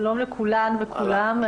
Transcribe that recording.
שלום לכולן וכולם,